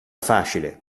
facile